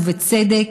ובצדק,